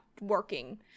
working